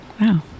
Wow